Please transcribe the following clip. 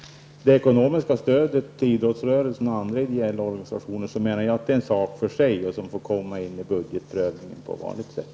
Det ekonomiska stödet till idrottsrörelsen och andra ideella organisationer är, menar jag, en sak för sig som får komma in i budgetprövningen på vanligt sätt.